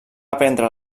aprendre